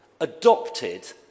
adopted